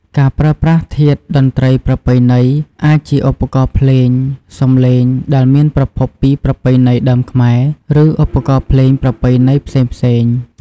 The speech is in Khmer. ការប្រើប្រាស់ធាតុតន្ត្រីប្រពៃណី អាចជាឧបករណ៍ភ្លេង សំឡេងដែលមានប្រភពពីប្រពៃណីដើមខ្មែរ ឬឧបករណ៍ភ្លេងប្រពៃណីផ្សេងៗ។